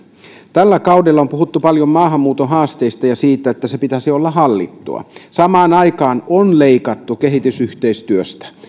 tällä kaudella on puhuttu paljon maahanmuuton haasteista ja siitä että sen pitäisi olla hallittua samaan aikaan on leikattu kehitysyhteistyöstä